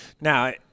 Now